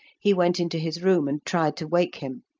he went into his room and tried to wake him.